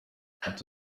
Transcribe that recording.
ati